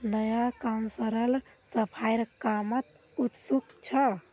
नया काउंसलर सफाईर कामत उत्सुक छ